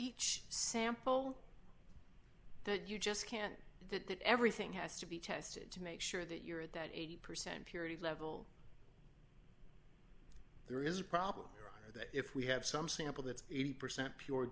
each sample that you just can't do that that everything has to be tested to make sure that you're at that eighty percent purity level there is a problem that if we have some sample that's eighty percent pur